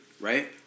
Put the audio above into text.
right